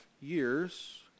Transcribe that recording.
years